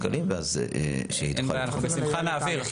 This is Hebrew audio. אין בעיה, אנחנו בשמחה נעביר.